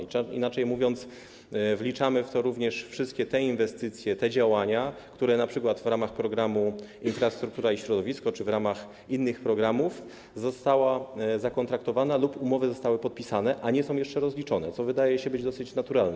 Inaczej mówiąc, wliczamy w to również wszystkie inwestycje i działania, które np. w ramach programu „Infrastruktura i środowisko” czy w ramach innych programów zostały zakontraktowane, lub umowy zostały podpisane, a nie są jeszcze rozliczone, co wydaje się dosyć naturalne.